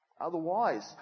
Otherwise